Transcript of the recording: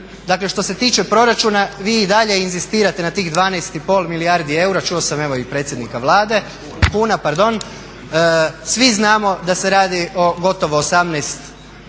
Dakle, što se tiče proračunu vi i dalje inzistirate na tih 12,5 milijardi eura, čuo sam evo i predsjednika Vlade, kuna pardon, svi znamo da se radi o gotovo 18 milijardi